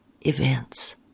events